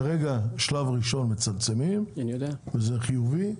כרגע, בשלב ראשון הם מצמצמים וזה חיובי,